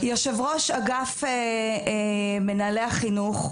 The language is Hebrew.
עם יושב ראש אגף מנהלי החינוך,